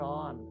on